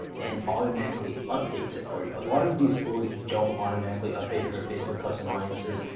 and automatically updates it for you. a lot of these tools don't automatically update your facebook custom audiences.